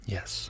Yes